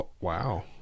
Wow